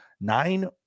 Nine